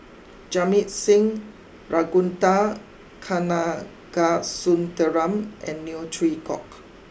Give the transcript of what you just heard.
Jamit Singh Ragunathar Kanagasuntheram and Neo Chwee Kok